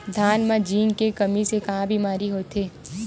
धान म जिंक के कमी से का बीमारी होथे?